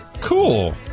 cool